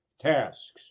tasks